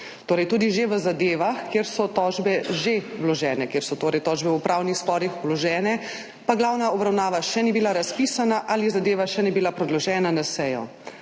torej tudi že v zadevah, kjer so tožbe že vložene, kjer so torej tožbe v upravnih sporih vložene, pa glavna obravnava še ni bila razpisana ali zadeva še ni bila predložena na sejo.